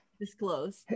disclose